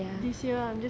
ya